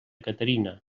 caterina